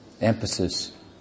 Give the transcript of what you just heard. emphasis